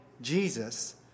jesus